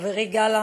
חברי גלנט,